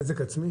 גם נזק עצמי?